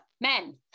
Men